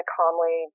calmly